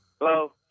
Hello